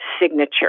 signature